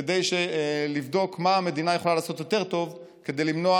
כדי לבדוק מה המדינה יכולה לעשות טוב יותר כדי למנוע